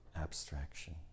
abstraction